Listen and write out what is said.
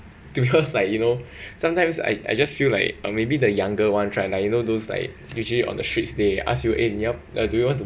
because like you know sometimes I I just feel like or maybe the younger one try lah you know those like usually on the streets they ask you eh 你要 uh do you want to